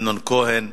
אמנון כהן,